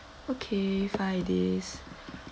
okay five days